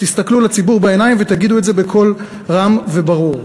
תסתכלו לציבור בעיניים ותגידו את זה בקול רם וברור,